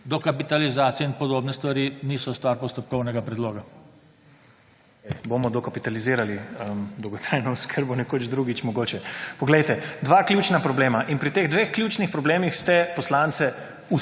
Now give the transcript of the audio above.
dokapitalizacija in podobne stvari niso stvar postopkovnega predloga. **PRIMOŽ SITER (PS Levica):** Bomo dokapitalizirali dolgotrajno oskrbo nekoč drugič mogoče. Poglejte, dva ključna problema in pri teh dveh ključnih problemih ste poslance